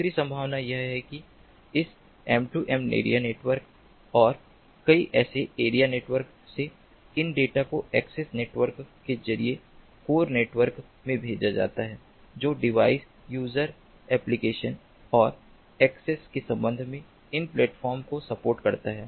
दूसरी संभावना यह है कि इस M2M एरिया नेटवर्क और कई ऐसे एरिया नेटवर्क से इन डेटा को एक्सेस नेटवर्क के जरिए कोर नेटवर्क में भेजा जाता है जो डिवाइस यूजर एप्लिकेशन और एक्सेस के संबंध में इन प्लेटफॉर्म को सपोर्ट करता है